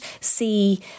see